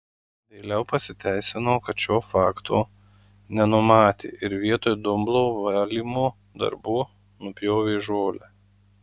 vėliau pasiteisino kad šio fakto nenumatė ir vietoj dumblo valymo darbų nupjovė žolę